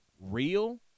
real